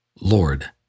Lord